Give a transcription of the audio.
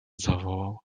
zawołał